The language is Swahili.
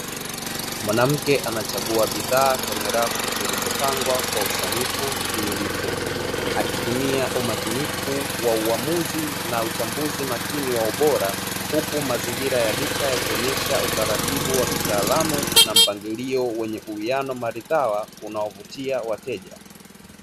Mwanamke anachagua bidhaa kwenye rafu zilizopangwa kwa usanifu timilifu, akitumia kwa uyakinifu wa uamuzi na uchambuzi wa umakini na ubora, huku mazingira ya duka yakionesha umakini wa kitaalamu na mpangilio wenye uwiano maridhawa, unaovutia wateja.